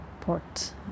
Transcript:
port